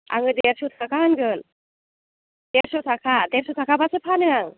आङो देरस' थाखा होनगोन देरस' थाखा देरस' थाखाबासो फानो आं